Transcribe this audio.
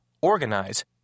organize